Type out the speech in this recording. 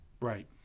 Right